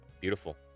beautiful